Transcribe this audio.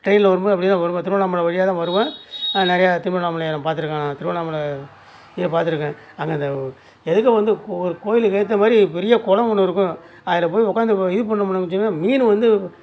டிரெயினில் வரும்போது அப்படியே தான் வருவேன் திருவண்ணாமலை வழியாக தான் வருவேன் நிறையா திருவண்ணாமலையை நான் பார்த்துருக்கேன் நான் திருவண்ணாமலை இது பார்த்துருக்கேன் அங்கே இந்த எதுர்க்க வந்து ஒவ்வொரு கோயிலுக்கு எதித்த மாதிரி பெரிய கொளம் ஒன்று இருக்கும் அதில் போய் உட்க்காந்து இது பண்ணிணோம்னு வெச்சுங்களேன் மீன் வந்து